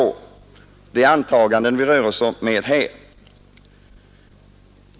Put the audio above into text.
Det är här antaganden vi rör oss med.